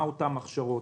מהן אותן הכשרות.